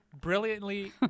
brilliantly